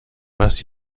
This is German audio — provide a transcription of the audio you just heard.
was